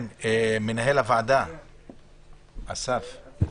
מנהל הוועדה, אסף, בבקשה.